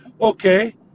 okay